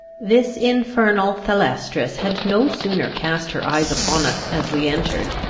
this infernal thalestris had no sooner cast her eyes upon us as we entered,